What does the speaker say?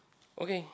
okay